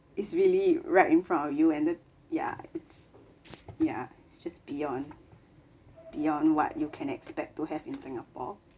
is really right in front of you and then ya it's ya it's just beyond beyond what you can expect to have in singapore